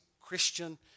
Christian